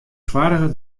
soarge